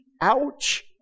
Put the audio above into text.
Ouch